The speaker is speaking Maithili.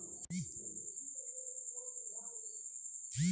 लकड़ी के मध्यभाग मे साल होइ छै, जे ओकर कठोरता कें बतबै छै